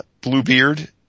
Bluebeard